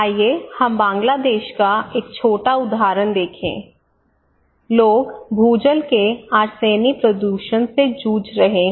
आइए हम बांग्लादेश का एक छोटा उदाहरण देखें लोग भूजल के आर्सेनी प्रदूषण से जूझ रहे हैं